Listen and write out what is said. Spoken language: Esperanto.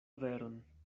veron